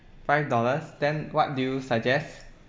five dollars then what do you suggest